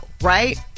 right